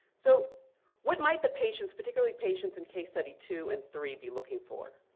so what might the patients, particularly patients in case study two and three, be looking for?